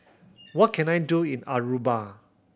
what can I do in Aruba